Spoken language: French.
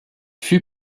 fut